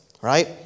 Right